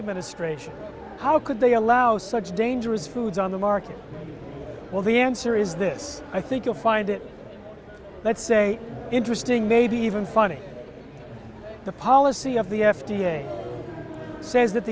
administration how could they allow such dangerous foods on the market well the answer is this i think you'll find it let's say interesting maybe even funny the policy of the f d a says that